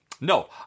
No